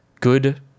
good